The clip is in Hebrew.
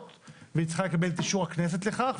והיא צריכה לקבל את אישור הכנסת לכך,